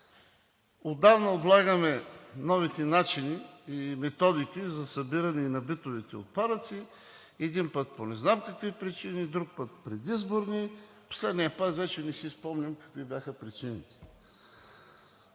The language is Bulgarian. отдавна отлагаме новите начини и методики за събиране на битовите отпадъци – един път по не знам какви причини, друг път предизборни, последния път вече не си спомням какви бяха причините.